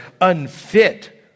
unfit